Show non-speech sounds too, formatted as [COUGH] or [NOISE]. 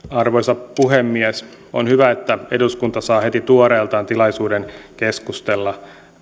[UNINTELLIGIBLE] arvoisa puhemies on hyvä että eduskunta saa heti tuoreeltaan tilaisuuden keskustella